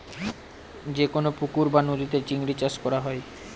যেকোনো পুকুর বা নদীতে চিংড়ি চাষ করা হয়